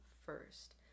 first